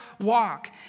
walk